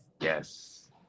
Yes